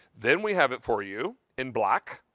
then we have it for you in black.